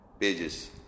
pages